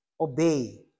obey